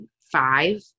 five